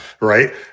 right